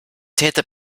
täter